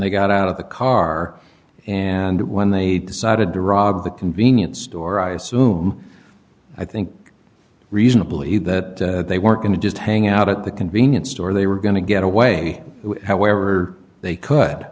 they got out of the car and when they decided to rob the convenience store i assume i think reasonably that they weren't going to just hang out at the convenience store they were going to get away however they could